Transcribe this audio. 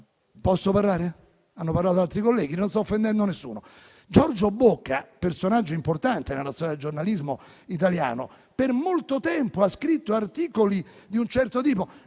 Posso parlare? Hanno parlato altri colleghi, non sto offendendo nessuno. Giorgio Bocca, personaggio importante nella storia del giornalismo italiano, per molto tempo ha scritto articoli di un certo tipo;